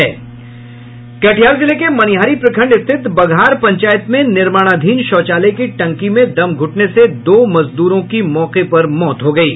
कटिहार जिले के मनिहारी प्रखंड स्थित बघार पंचायत में निर्माणाधीन शौचालय की टँकी में दम घुटने से दो मजदूर की मौके पर मौत हो गई है